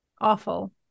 awful